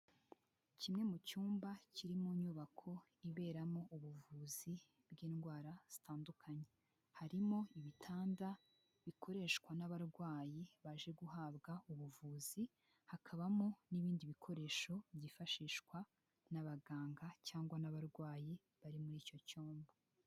Kimwe mu cyumba kiri mu nyubako iberamo ubuvuzi bw'indwara zitandukanye. Harimo ibitanda bikoreshwa n'abarwayi baje guhabwa ubuvuzi hakabamo n'ibindi bikoresho byifashishwa n'abaganga cyangwa n'abarwayi bari muri icyo cyumba.